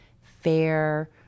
fair